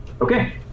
Okay